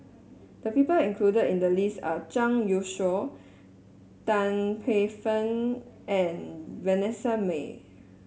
the people included in the list are Zhang Youshuo Tan Paey Fern and Vanessa Mae